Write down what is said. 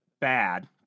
bad